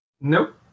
Nope